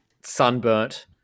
sunburnt